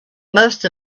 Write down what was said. most